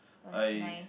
I